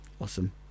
Awesome